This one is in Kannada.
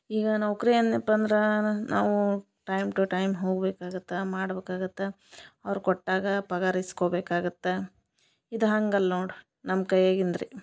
ಈಗ ನೌಕರಿ ಏನಪಾಂದರ ನಾವು ಟೈಮ್ ಟು ಟೈಮ್ ಹೋಗ್ಬೇಕಾಗತ್ತ ಮಾಡ್ಬೇಕಾಗತ್ತ ಅವ್ರು ಕೊಟ್ಟಾಗ ಪಗರ್ ಇಸ್ಕೊಬೇಕಾಗತ್ತಾ ಇದು ಹಂಗಲ್ಲ ನೋಡಿ ನಮ್ಮ ಕೈಯಾಗಿಂದ್ರೆ